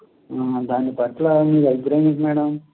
దాని పట్ల మీ అభిప్రాయం ఏంటి మేడం